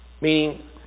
Meaning